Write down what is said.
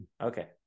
Okay